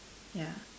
ya